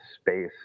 space